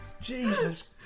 jesus